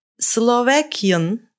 Slovakian